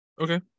Okay